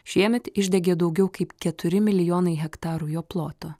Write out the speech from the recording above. šiemet išdegė daugiau kaip keturi milijonai hektarų jo ploto